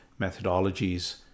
methodologies